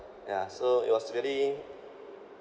yeah so it was really